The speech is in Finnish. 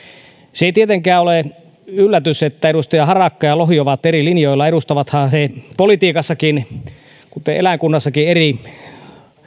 se ei tietenkään ole yllätys että edustajat harakka ja lohi ovat eri linjoilla edustavathan he politiikassakin kuten eläinkunnassakin eri